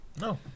No